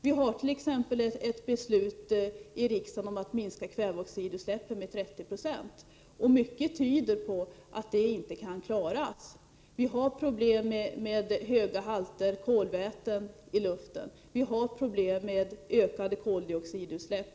Vi har t.ex. ett beslut i riksdagen om att minska kväveoxidutsläppen med 30 96. Mycket tyder på att det inte kan klaras. Vi har problem med höga halter kolväten i luften och ökade koldioxidutsläpp.